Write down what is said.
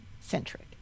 centric